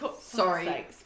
Sorry